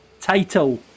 title